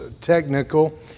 technical